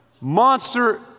monster